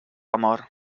amor